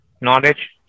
knowledge